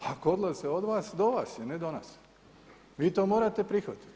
Ako odlaze od vas, do vas je, ne do nas, vi to morate prihvatiti.